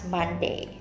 Monday